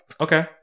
Okay